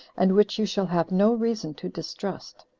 and which you shall have no reason to distrust.